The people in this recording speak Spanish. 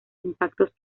impactos